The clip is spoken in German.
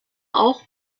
auch